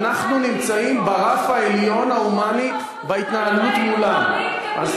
אנחנו נמצאים ברף העליון ההומני בהתנהלות מולם.